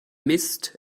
mist